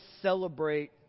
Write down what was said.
celebrate